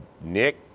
nick